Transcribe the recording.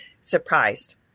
surprised